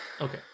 Okay